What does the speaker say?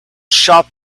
shop